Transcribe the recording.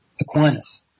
Aquinas